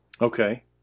Okay